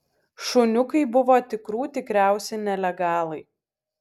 šuniukai buvo tikrų tikriausi nelegalai